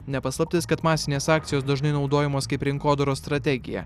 ne paslaptis kad masinės akcijos dažnai naudojamos kaip rinkodaros strategija